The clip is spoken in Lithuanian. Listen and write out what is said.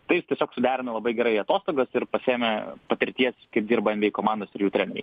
tai jis tiesiog suderino labai gerai atostogas ir pasiėmė patirties kaip dirba nba komandos ir jų treneriai